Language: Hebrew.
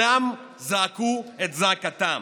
וכולם זעקו את זעקתם.